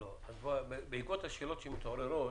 אבל בעקבות השאלות שמתעוררות,